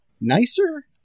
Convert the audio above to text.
nicer